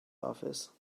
office